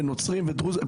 נוצרים ודרוזים.